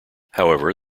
however